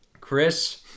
Chris